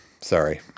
Sorry